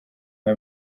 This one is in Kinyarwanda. rwa